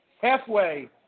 halfway